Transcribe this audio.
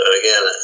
again